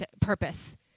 purpose